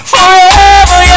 Forever